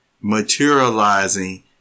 materializing